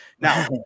Now